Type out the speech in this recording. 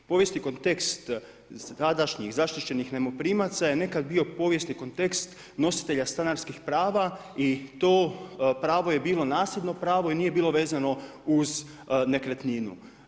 Povijesni kontekst tadašnjih, zaštićenih najmoprimaca je nekada bio povijesni kontekst nositelja stanarskih prava i to pravo je bilo nasljedno pravo i nije bilo vezano uz nekretninu.